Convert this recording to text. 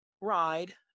ride